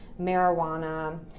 marijuana